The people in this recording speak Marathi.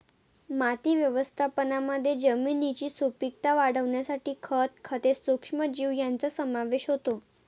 माती व्यवस्थापनामध्ये जमिनीची सुपीकता वाढवण्यासाठी खत, खते, सूक्ष्मजीव यांचा समावेश होतो